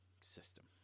system